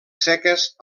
seques